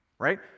Right